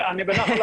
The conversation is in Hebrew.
מסיבות.